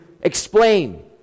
explain